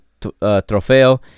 Trofeo